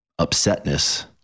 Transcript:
upsetness